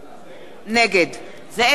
נגד זאב בילסקי,